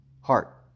Heart